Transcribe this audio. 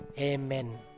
Amen